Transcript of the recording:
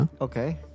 Okay